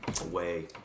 away